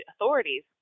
authorities